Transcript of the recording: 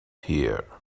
here